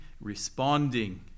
responding